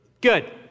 Good